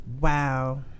Wow